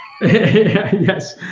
Yes